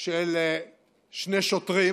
של שני שוטרים,